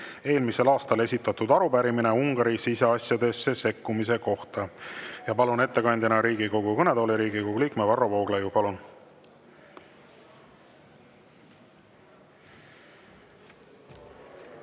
eelmisel aastal esitatud arupärimine Ungari siseasjadesse sekkumise kohta. Palun ettekandjana Riigikogu kõnetooli Riigikogu liikme Varro Vooglaiu. Palun!